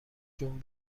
جون